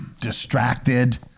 distracted